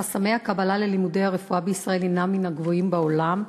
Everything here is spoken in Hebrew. חסמי הקבלה ללימודי הרפואה בישראל הם מן הגבוהים בעולם,